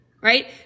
right